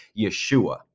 Yeshua